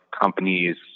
companies